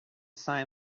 sign